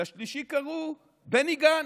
לשלישי קראו בני גנץ.